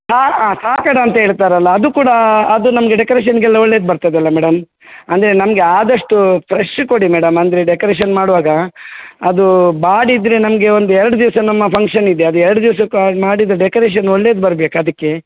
ಆಂ ಹಾಂ ಕಾಕಡ ಅಂತ ಹೇಳ್ತಾರಲ್ಲ ಅದೂ ಕೂಡ ಅದು ನಮಗೆ ಡೆಕೊರೇಶನ್ಗೆಲ್ಲ ಒಳ್ಳೇದು ಬರ್ತದಲ್ಲ ಮೇಡಮ್ ಅಂದರೆ ನಮಗೆ ಆದಷ್ಟು ಫ್ರೆಶ್ ಕೊಡಿ ಮೇಡಮ್ ಅಂದರೆ ಡೆಕೊರೇಶನ್ ಮಾಡುವಾಗ ಅದು ಬಾಡಿದ್ದರೆ ನಮಗೆ ಒಂದು ಎರಡು ದಿವಸ ನಮ್ಮ ಫಂಕ್ಷನ್ನಿದೆ ಅದು ಎರಡು ದಿವ್ಸಕ್ಕೆ ಮಾಡಿದರೆ ಡೆಕೊರೇಶನ್ ಒಳ್ಳೇದು ಬರ್ಬೇಕು ಅದಕ್ಕೆ